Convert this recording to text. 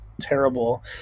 terrible